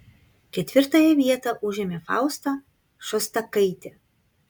ketvirtąją vietą užėmė fausta šostakaitė